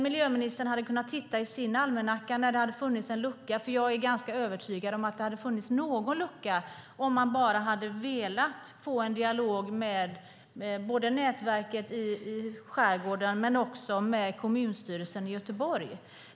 Miljöministern hade kunnat titta efter i sin almanacka var det hade funnits en lucka, för jag är ganska övertygad om att det hade funnits någon lucka om man bara hade velat få en dialog med både nätverket i skärgården och kommunstyrelsen i Göteborg.